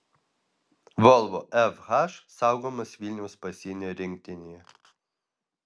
volvo fh saugomas vilniaus pasienio rinktinėje